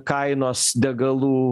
kainos degalų